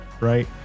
Right